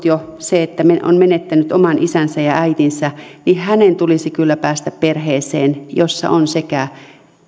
jo ollut se että on menettänyt oman isänsä ja äitinsä tulisi kyllä päästä perheeseen jossa on sekä